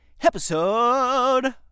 episode